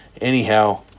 Anyhow